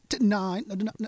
nine